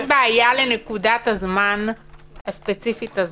אין בעיה לנקודת הזמן הספציפית הזאת.